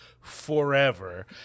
forever